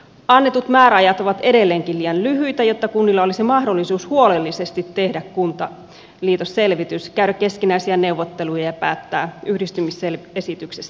annetut määräajat ovat edelleenkin liian lyhyitä jotta kunnilla olisi mahdollisuus huolellisesti tehdä kuntaliitosselvitys käydä keskinäisiä neuvotteluja ja päättää yhdistymisesityksestä